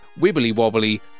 wibbly-wobbly